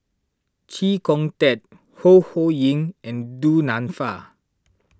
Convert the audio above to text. Chee Kong Tet Ho Ho Ying and Du Nanfa